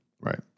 Right